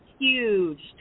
huge